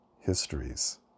histories